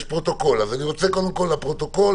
יש פרוטוקול ואני רוצה קודם כל לומר לפרוטוקול